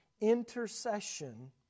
intercession